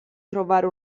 trovare